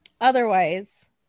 otherwise